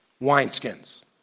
wineskins